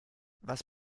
was